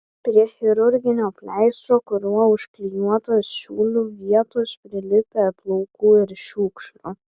prie chirurginio pleistro kuriuo užklijuotos siūlių vietos prilipę plaukų ir šiukšlių